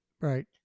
Right